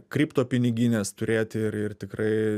kripto pinigines turėti ir ir tikrai